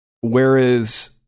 Whereas